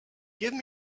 give